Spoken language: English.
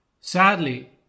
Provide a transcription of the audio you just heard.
Sadly